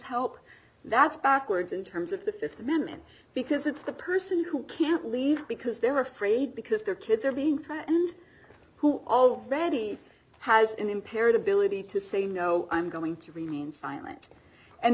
help that's backwards in terms of the ready th amendment because it's the person who can't leave because they're afraid because their kids are being threatened who already has an impaired ability to say no i'm going to remain silent and